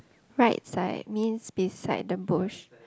right side means beside the bush